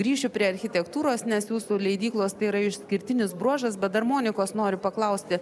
grįšiu prie architektūros nes jūsų leidyklos tai yra išskirtinis bruožas bet dar monikos noriu paklausti